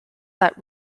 that